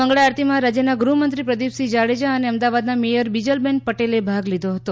મંગળા આરતીમાં રાજ્યનાં ગૃહમંત્રી પ્રદિપસિંહ જાડેજા અને અમદાવાદના મેયર બિજલબેન પટેલે ભાગ લીધો હતો